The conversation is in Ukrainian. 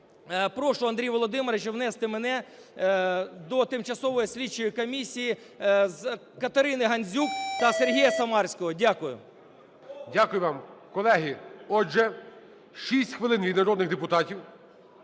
прошу, Андрій Володимирович, внести мене до тимчасової слідчої комісії з КатериниГандзюк та Сергія Самарського. Дякую. ГОЛОВУЮЧИЙ. Дякую вам. Колеги, отже, 6 хвилин від народних депутатів.